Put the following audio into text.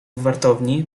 wartowni